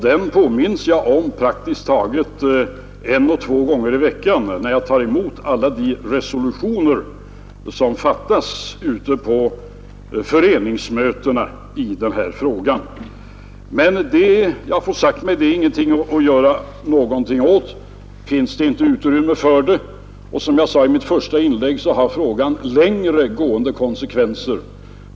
Den påminns jag om praktiskt taget en å två gånger i veckan, när jag tar emot alla de resolutioner i den här frågan som antas ute på föreningsmötena. Men jag har fått säga mig att det är ingenting att göra åt saken. Det finns inte utrymme för reformen, och som jag sade i mitt förra inlägg så har förslaget också längre gående konsekvenser än man räknade med.